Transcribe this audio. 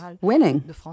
winning